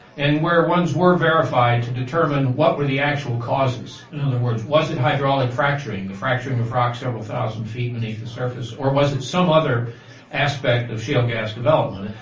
and where ones were verified to determine what were the actual causes. in other words, was it hydraulic fracturing, the fracturing of rocks several thousand feet beneath the surface, or was it some other aspect of shale gas development?